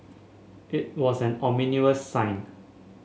it was an ominous sign